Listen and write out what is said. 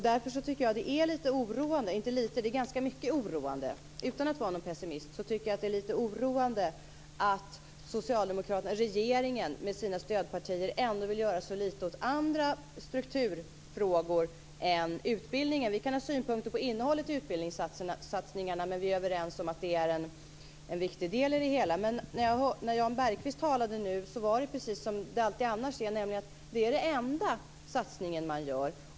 Utan att vara pessimist kan jag säga att jag därför tycker att det är lite oroande att regeringen med sina stödpartier vill göra så lite åt andra strukturfrågor än utbildningen. Vi kan ha synpunkter på innehållet i utbildningssatsningarna, men vi är överens om att de är en viktig del. När Jan Bergqvist nu talade märkte man att det är som det alltid är. Det är den enda satsning man gör.